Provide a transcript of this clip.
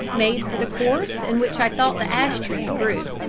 made for the course in which i thought the ash trees grew.